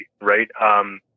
right